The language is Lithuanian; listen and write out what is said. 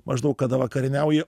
maždaug kada vakarieniauji